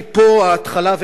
כי פה ההתחלה,